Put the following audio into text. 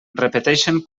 repeteixen